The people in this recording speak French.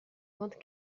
vingt